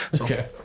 Okay